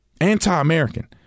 Anti-American